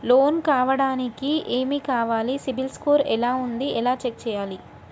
Loan కావడానికి ఏమి కావాలి సిబిల్ స్కోర్ ఎలా ఉంది ఎలా చెక్ చేయాలి?